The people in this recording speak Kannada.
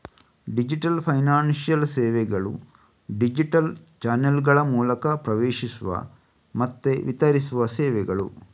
ಡಿಜಿಟಲ್ ಫೈನಾನ್ಶಿಯಲ್ ಸೇವೆಗಳು ಡಿಜಿಟಲ್ ಚಾನಲ್ಗಳ ಮೂಲಕ ಪ್ರವೇಶಿಸುವ ಮತ್ತೆ ವಿತರಿಸುವ ಸೇವೆಗಳು